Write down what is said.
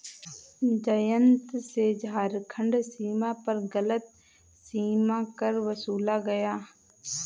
जयंत से झारखंड सीमा पर गलत सीमा कर वसूला गया